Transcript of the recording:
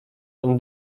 tom